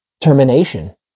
Termination